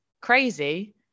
crazy